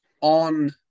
on